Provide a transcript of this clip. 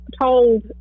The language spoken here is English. told